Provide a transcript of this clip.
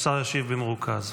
השר ישיב במרוכז.